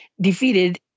defeated